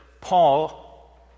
Paul